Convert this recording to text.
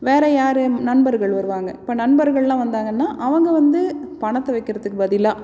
வேறே யார் நண்பர்கள் வருவாங்க இப்போ நண்பர்கள்லாம் வந்தாங்கன்னால் அவங்க வந்து பணத்தை வைக்கிறத்திக்கு பதிலாக